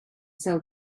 sell